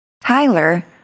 Tyler